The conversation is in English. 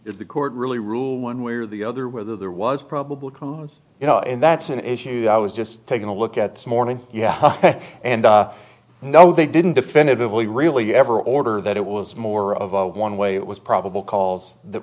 if the court really rule one way or the other whether there was probable cause you know and that's an issue i was just taking a look at morning yeah and no they didn't definitively really ever order that it was more of a one way it was probable cause the